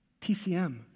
TCM